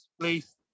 Please